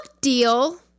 deal